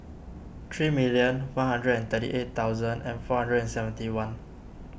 three million one hundred and thirty eight thousand four hundred and seventy one